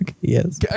Yes